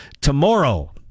tomorrow